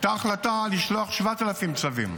הייתה החלטה לשלוח 7,000 צווים